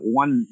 one